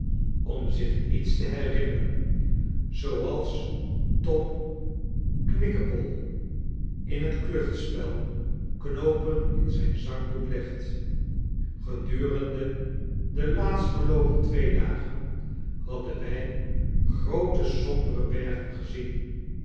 om zich iets te herinneren zooals tom knikkebol in het kluchtspel knoopen in zijn zakdoek legt gedurende de laatstverloopen twee dagen hadden wij groote sombere bergen gezien